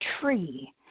tree